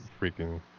freaking